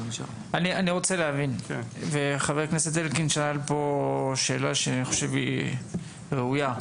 אני רוצה להבין וחבר הכנסת אלקין שאל פה שאלה שאני חושב שהיא ראויה.